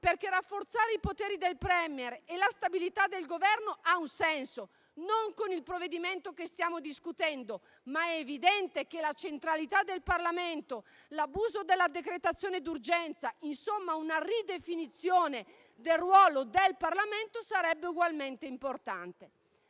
perché rafforzare i poteri del *premier* e la stabilità del Governo ha un senso, non con il provvedimento che stiamo discutendo, ma è evidente che la centralità del Parlamento, l'abuso della decretazione d'urgenza, insomma una ridefinizione del ruolo del Parlamento, sarebbe ugualmente importante.